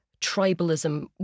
tribalism